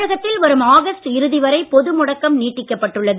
தமிழகத்தில் வரும் ஆகஸ்ட் இறுதி வரை பொதுமுடக்கம் நீட்டிக்கப் பட்டுள்ளது